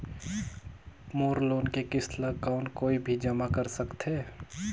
मोर loan के किस्त ल कौन कोई भी जमा कर सकथे?